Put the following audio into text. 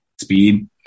speed